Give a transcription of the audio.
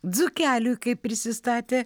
dzūkeliui kaip prisistatė